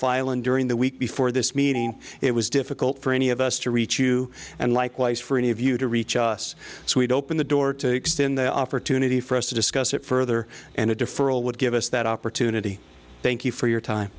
island during the week before this meeting it was difficult for any of us to reach you and likewise for any of you to reach us so we'd open the door to extend the opportunity for us to discuss it further and a deferral would give us that opportunity thank you for your time